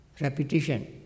repetition